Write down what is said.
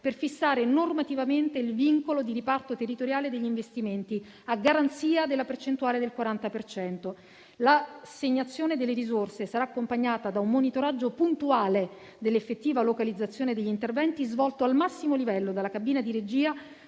per fissare normativamente il vincolo di riparto territoriale degli investimenti, a garanzia della percentuale del 40 per cento. L'assegnazione delle risorse sarà accompagnata da un monitoraggio puntuale dell'effettiva localizzazione degli interventi, svolto al massimo livello dalla cabina di regia,